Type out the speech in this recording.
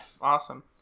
awesome